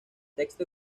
texto